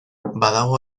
badago